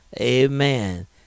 amen